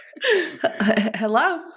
Hello